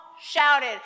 shouted